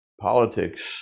politics